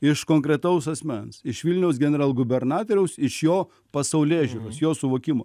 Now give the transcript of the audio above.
iš konkretaus asmens iš vilniaus generalgubernatoriaus iš jo pasaulėžiūros jo suvokimo